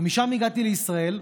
ומשם הגעתי לישראל,